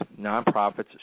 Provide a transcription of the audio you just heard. nonprofits